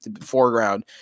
foreground